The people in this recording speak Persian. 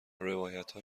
روایتها